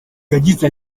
yagize